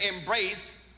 embrace